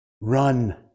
run